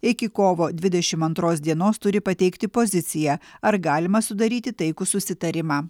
iki kovo dvidešim antros dienos turi pateikti poziciją ar galima sudaryti taikų susitarimą